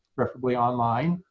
preferably online,